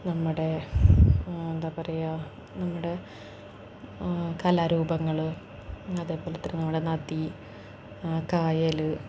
നമ്മുടെ എന്താ പറയുക നമ്മുടെ കലാരൂപങ്ങൾ അതേ പോലെ തന്നെ നമ്മുടെ നദി കായൽ